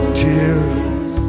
tears